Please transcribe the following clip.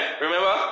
Remember